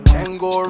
Tango